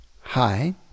Hi